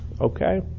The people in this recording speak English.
Okay